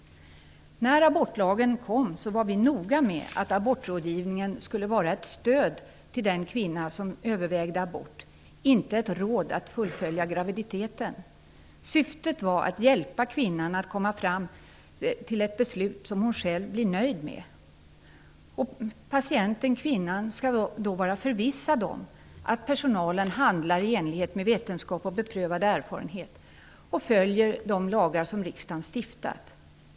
När abortlagen infördes var vi noga med att abortrådgivningen skulle vara ett stöd till den kvinna som övervägde abort, inte ett råd att fullfölja graviditeten. Syftet var att hjälpa kvinnan att komma fram till ett beslut som hon själv blev nöjd med. Patienten/kvinnan skall då vara förvissad om att personalen handlar i enlighet med vetenskap och beprövad erfarenhet och att den följer de lagar som riksdagen har stiftat.